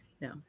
No